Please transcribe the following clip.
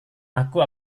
aku